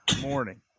morning